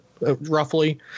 roughly